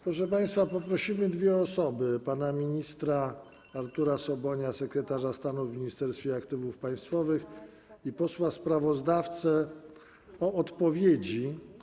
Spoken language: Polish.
Proszę państwa, poprosimy dwie osoby: pana ministra Artura Sobonia, sekretarza stanu w Ministerstwie Aktywów Państwowych, i posła sprawozdawcę do odpowiedzi.